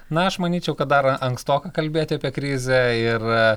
na aš manyčiau kad dar ankstoka kalbėti apie krizę ir